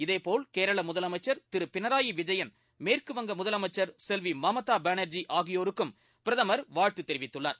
இதேபோல் கேரளா முதலமைச்சர் திரு பினராயி விஜயன் மேற்குவங்க முதலமைச்சர் செல்வி மம்தா பானர்ஜி ஆகியோருக்கும் பிரதமர் வாழ்த்து தெரிவித்துள்ளார்